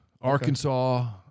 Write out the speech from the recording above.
Arkansas